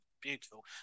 Beautiful